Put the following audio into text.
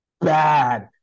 bad